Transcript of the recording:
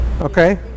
okay